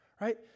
Right